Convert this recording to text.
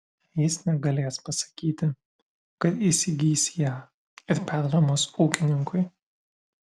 jis negalės pasakyti kad įsigys ją ir pernuomos ūkininkui